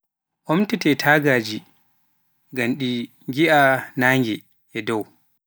Omtete tagaaji ngam ɗi ngiaa nnage e dow.